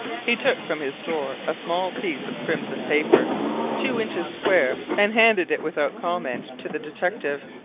he took from his drawer a small piece of crimson paper two inches square, and handed it without comment to the detective.